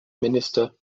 minister